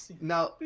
Now